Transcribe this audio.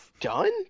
done